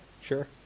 sure